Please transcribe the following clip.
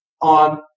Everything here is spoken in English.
on